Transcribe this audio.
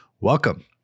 Welcome